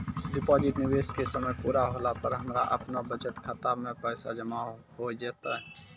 Deposit निवेश के समय पूरा होला पर हमरा आपनौ बचत खाता मे पैसा जमा होय जैतै?